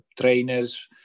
trainers